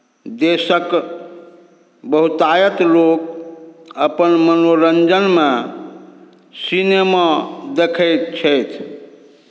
देशक बहुतायत लोक अपन मनोरञ्जनमे सिनेमा देखैत छथि